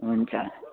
हुन्छ